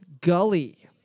Gully